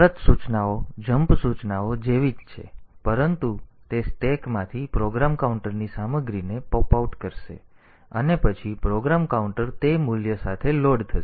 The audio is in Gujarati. પરત સૂચનાઓ જમ્પ સૂચના જેવી જ છે પરંતુ તે સ્ટેકમાંથી પ્રોગ્રામ કાઉન્ટરની સામગ્રીને પૉપઆઉટ કરશે અને પછી પ્રોગ્રામ કાઉન્ટર તે મૂલ્ય સાથે લોડ થશે